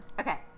Okay